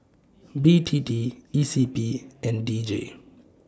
B T T E C P and D J